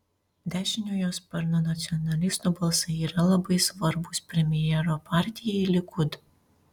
dešiniojo sparno nacionalistų balsai yra labai svarbūs premjero partijai likud